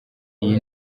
iyi